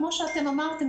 כפי שאמרתם,